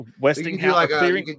Westinghouse